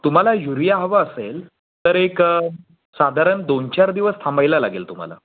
तुम्हाला युरिया हवं असेल तर एक साधारण दोन चार दिवस थांबायला लागेल तुम्हाला